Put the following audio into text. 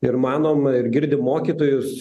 ir manom ir girdim mokytojus